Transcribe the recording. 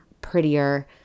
prettier